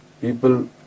People